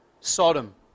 Sodom